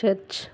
church